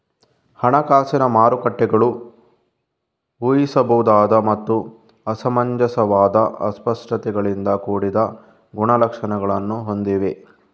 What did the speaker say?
ಹಣಕಾಸಿನ ಮಾರುಕಟ್ಟೆಗಳು ಊಹಿಸಬಹುದಾದ ಮತ್ತು ಅಸಮಂಜಸವಾದ ಅಸ್ಪಷ್ಟತೆಗಳಿಂದ ಕೂಡಿದ ಗುಣಲಕ್ಷಣಗಳನ್ನು ಹೊಂದಿವೆ